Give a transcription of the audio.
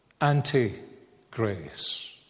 anti-grace